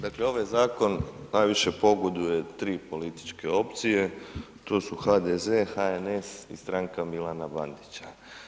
Dakle, ovaj zakon najviše pogoduje 3 političke opcije, to su HDZ, HNS i stranka Milana Bandića.